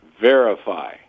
verify